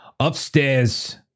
upstairs